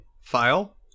file